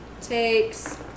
takes